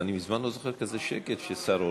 אני מזמן לא זוכר כזה שקט כששר עולה.